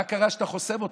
מה קרה שאתה חוסם אותי?